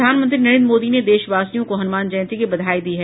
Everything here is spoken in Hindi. प्रधानमंत्री नरेंद्र मोदी ने देशवासियों को हनुमान जयंती की बधाई दी है